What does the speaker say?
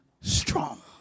strong